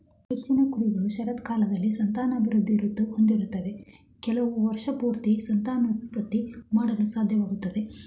ಹೆಚ್ಚಿನ ಕುರಿಗಳು ಶರತ್ಕಾಲದಲ್ಲಿ ಸಂತಾನವೃದ್ಧಿ ಋತು ಹೊಂದಿರ್ತವೆ ಕೆಲವು ವರ್ಷಪೂರ್ತಿ ಸಂತಾನೋತ್ಪತ್ತಿ ಮಾಡಲು ಸಾಧ್ಯವಾಗ್ತದೆ